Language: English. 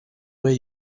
way